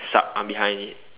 sup I'm behind it